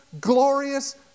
glorious